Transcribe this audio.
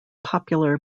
popular